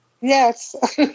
Yes